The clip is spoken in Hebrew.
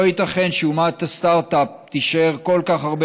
לא ייתכן שאומת הסטרטאפ תישאר כל כך הרבה